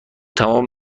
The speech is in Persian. تمام